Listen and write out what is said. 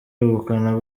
ubukana